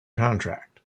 contract